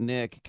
Nick